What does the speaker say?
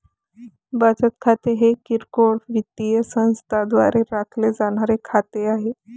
बचत खाते हे किरकोळ वित्तीय संस्थांद्वारे राखले जाणारे खाते आहे